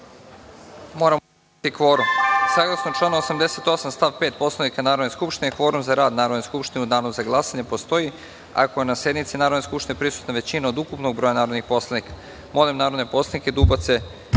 za članove Vlade. Saglasno članu 88. stav 5. Poslovnika Narodne skupštine kvorum za rad Narodne skupštine u danu za glasanje postoji ako je na sednici Narodne skupštine prisutna većina od ukupnog broja narodnih poslanika. Molim narodne poslanike da ubace